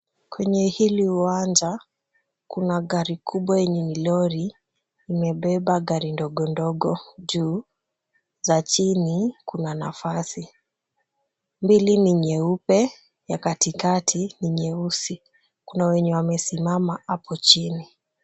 Kwenye hili uwanja kuna gari kubwa lenye ni lori limebeba gari ndogo ndogo juu. Za chini kuna nafasi. Mbili ni nyeupe ya katikati ni nyeusi. Kuna wenye wamesimama hapo chini.